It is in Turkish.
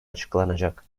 açıklanacak